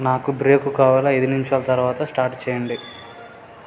నాకు బ్రేకు కావాలి ఐదు నిముషాలు తరవాత స్టార్ట్ చెయ్యండి